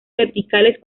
verticales